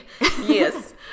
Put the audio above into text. Yes